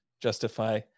justify